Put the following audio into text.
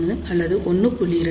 1 அல்லது 1